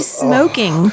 smoking